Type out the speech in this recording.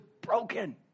broken